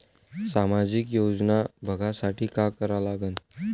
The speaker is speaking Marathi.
सामाजिक योजना बघासाठी का करा लागन?